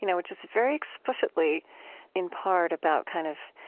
you know which is very explicitly in part about, kind of,